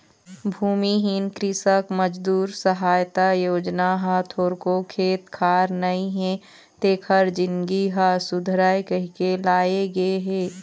भूमिहीन कृसक मजदूर सहायता योजना ह थोरको खेत खार नइ हे तेखर जिनगी ह सुधरय कहिके लाए गे हे